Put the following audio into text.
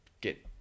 get